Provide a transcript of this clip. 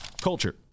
Culture